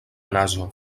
nazo